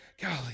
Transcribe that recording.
golly